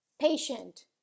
patient